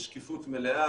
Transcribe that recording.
בשקיפות מלאה,